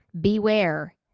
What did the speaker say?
Beware